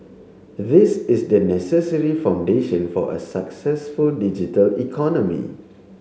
this is the necessary foundation for a successful digital economy